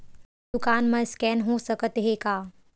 दुकान मा स्कैन हो सकत हे का?